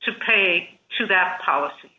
to pay to that policy